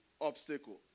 obstacle